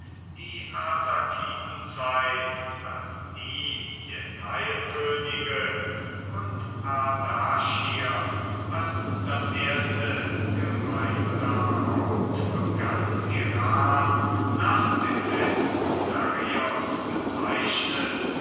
die arsakidenzeit als die der teilkönige und ardaschir als das erste gemeinsame haupt von ganz iran nach dem letzten dareios bezeichnet